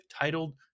titled